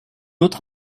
autre